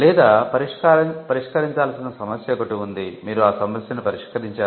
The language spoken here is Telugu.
లేదా పరిష్కరించాల్సిన సమస్య ఒకటి ఉంది మీరు ఆ సమస్యను పరిష్కరించారు